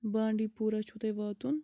بانٛڈی پورہ چھُو تۄہہِ واتُن